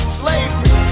slavery